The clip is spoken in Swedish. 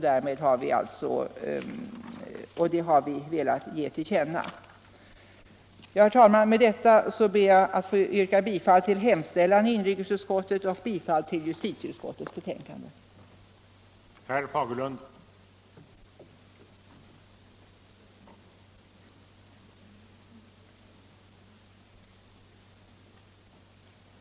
Det har vi också velat ge till känna. Herr talman! Med det anförda ber jag att få yrka bifall till vad som hemställts i inrikesutskottets betänkande nr 24 och i justitieutskottets betänkande nr 15.